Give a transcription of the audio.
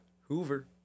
Hoover